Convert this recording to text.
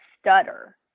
stutter